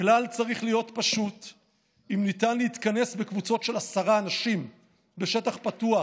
הכלל צריך להיות פשוט: אם ניתן להתכנס בקבוצות של עשרה אנשים בשטח פתוח,